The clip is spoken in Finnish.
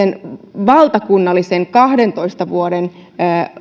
valtakunnallisen kahdentoista vuoden